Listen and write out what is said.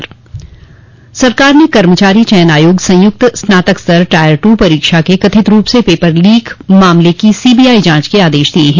CBI जांच सरकार ने कर्मचारी चयन आयोग संयुक्त स्नातक स्तर टायर ट्र परीक्षा के कथित रूप से पेपर लीक होने के मामले की सीबीआई जांच के आदेश दिये हैं